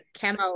camo